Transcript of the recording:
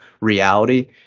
reality